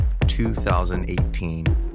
2018